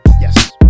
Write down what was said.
Yes